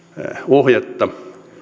ohjetta